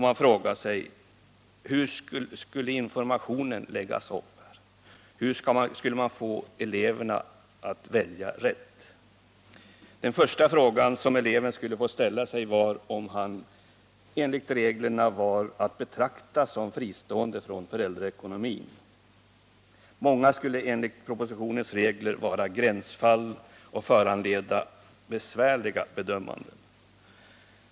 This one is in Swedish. Man frågade sig: Hur skulle informationen läggas upp? Hur skulle man få eleverna att välja rätt? Den första fråga som eleven skulle få ställa sig var, om han enligt reglerna var att betrakta som fristående från föräldraekonomin. Många skulle enligt propositionens regler vara gränsfall och föranleda besvärliga bedömanden.